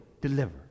deliver